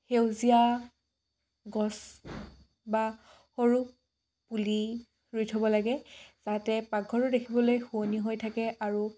সেউজীয়া গছ বা সৰু পুলি ৰুই থ'ব লাগে যাতে পাকঘৰটো দেখিবলৈ শুৱনি হৈ থাকে আৰু